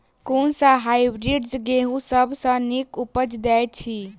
कुन सँ हायब्रिडस गेंहूँ सब सँ नीक उपज देय अछि?